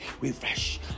Refresh